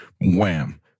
Wham